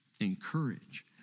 encourage